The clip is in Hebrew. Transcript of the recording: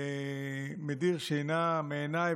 הוא מדיר שינה מעיניי,